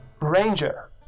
ranger